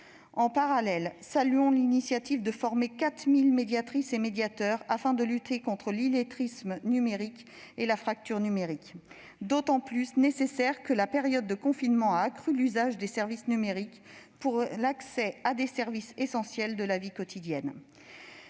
En parallèle, saluons l'initiative de former 4 000 médiatrices et médiateurs, afin de lutter contre l'illettrisme et la fracture numériques ; cette politique est d'autant plus nécessaire que la période de confinement a accru l'usage des services numériques pour l'accès à des services essentiels de la vie quotidienne.